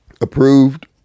approved